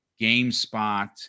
GameSpot